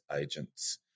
agents